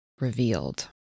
revealed